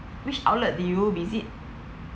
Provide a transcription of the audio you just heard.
which outlet do you visit